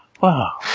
Wow